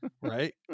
Right